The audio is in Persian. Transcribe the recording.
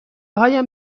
هایم